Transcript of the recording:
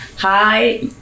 hi